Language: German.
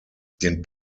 den